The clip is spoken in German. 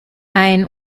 ein